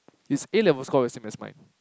his A level score is same as mine